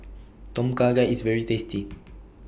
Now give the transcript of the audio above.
Tom Kha Gai IS very tasty